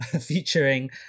featuring